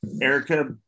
Erica